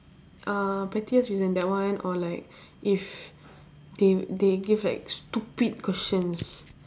uh pettiest reason that one or like if they they give like stupid questions